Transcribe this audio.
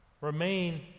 remain